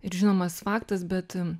ir žinomas faktas bet